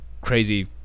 crazy